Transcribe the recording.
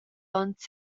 onns